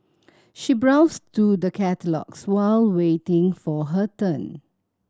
she browsed through the catalogues while waiting for her turn